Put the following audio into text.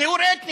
טיהור אתני,